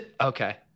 Okay